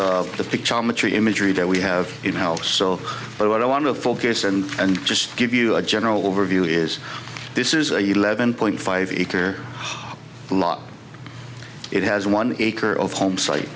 tree imagery that we have in house so but what i want to focus and and just give you a general overview is this is a huge eleven point five acre lot it has one acre of home site